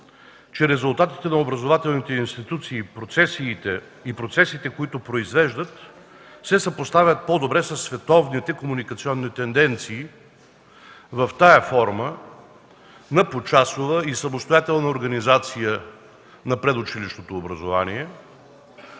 че „Резултатите на образователните институции и процесите, които произвеждат, се съпоставят по-добре със световните комуникационни тенденции” в тази форма на почасова и самостоятелна организация на предучилищното образование?